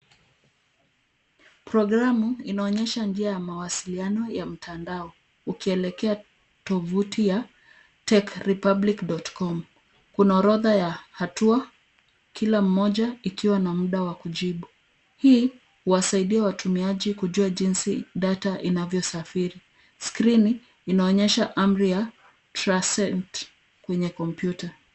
Programu inaonyesha njia ya mawasiliano ya mtandao. Ukielekea tovuti ya techrepublic.com. Kuna orodha ya hatua kila moja ikiwa na munda wakujibu. Hii wasaidia watumiaji kujua jinsi data inavyo safiri. Skrini inoanyesha amri ya tracent kwenye kompyuta.